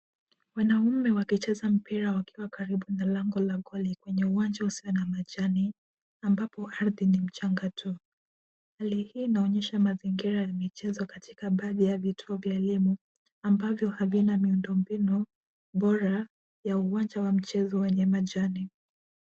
Wanaume wakicheza mpira wakiwa karibu na lango la goli kwenye uwanja usio na majani ambapo ardhi ni mchanga tu. Hali hii inaonyesha mazingira ya michezo katika baadhi ya vituo vya elimu ambavyo havina miundombinu bora ya uwanja wa mchezo wenye majani.